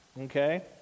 Okay